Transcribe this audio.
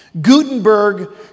Gutenberg